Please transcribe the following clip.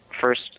first